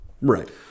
Right